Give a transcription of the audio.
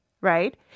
right